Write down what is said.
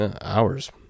Hours